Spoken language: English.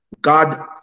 God